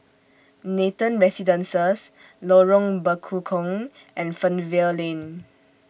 Nathan Residences Lorong Bekukong and Fernvale Lane